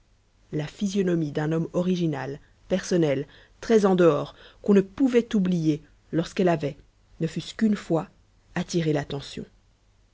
la physionomie d'un homme original personnel très en dehors qu'on ne pouvait oublier lorsqu'elle avait ne fût-ce qu'une fois attiré l'attention